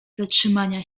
zatrzymania